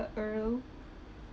earle